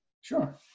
sure